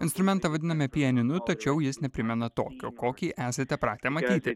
instrumentą vadiname pianinu tačiau jis neprimena tokio kokį esate pratę matyti